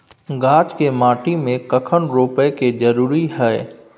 गाछ के माटी में कखन रोपय के जरुरी हय?